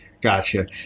gotcha